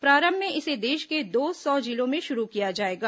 प्रारंभ में इसे देश के दो सौ जिलों में शुरू किया जाएगा